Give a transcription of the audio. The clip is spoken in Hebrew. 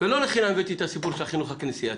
ולא לחינם הבאתי את הסיפור של החינוך הכנסייתי.